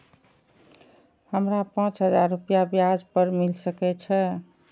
हमरा पाँच हजार रुपया ब्याज पर मिल सके छे?